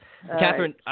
Catherine